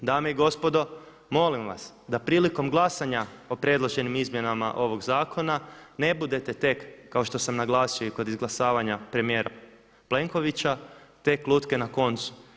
Dame i gospodo, molim vas, da prilikom glasanja o predloženim izmjenama ovog zakona ne budete tek kao što sam naglasio i kod izglasavanja premijera Plenkovića, tek lutke na koncu.